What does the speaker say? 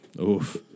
Oof